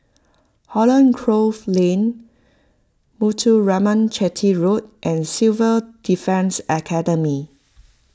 Holland Grove Lane Muthuraman Chetty Road and Civil Defence Academy